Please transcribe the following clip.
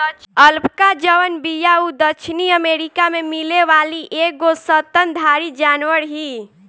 alpaca जवन बिया उ दक्षिणी अमेरिका में मिले वाली एगो स्तनधारी जानवर हिय